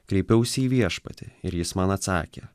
kreipiausi į viešpatį ir jis man atsakė